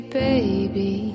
baby